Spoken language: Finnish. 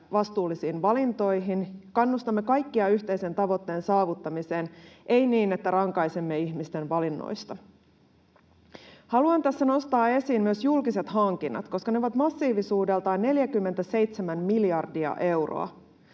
vastuullisiin valintoihin, kannustamme kaikkia yhteisen tavoitteen saavuttamiseen — ei niin, että rankaisemme ihmisten valinnoista. Haluan tässä nostaa esiin myös julkiset hankinnat, koska ne ovat massiivisuudeltaan 47 miljardia euroa.